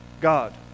God